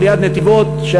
שליד נתיבות,